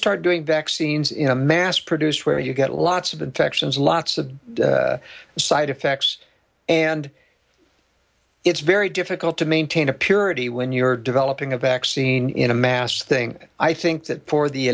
start doing vaccines in a mass produced where you get lots of infections lots of side effects and it's very difficult to maintain a purity when you're developing a vaccine in a mass thing i think that for the